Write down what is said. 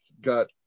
got